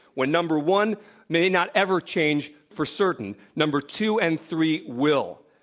when number one may not ever change for certain, number two and three will.